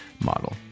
model